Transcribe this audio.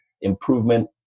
improvement